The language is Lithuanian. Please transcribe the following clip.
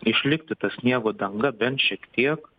išlikti ta sniego danga bent šiek tiek